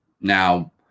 Now